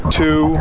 two